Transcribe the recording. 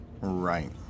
Right